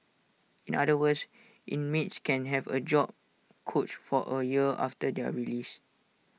in other words inmates can have A job coach for A year after their release